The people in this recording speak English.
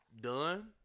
done